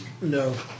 No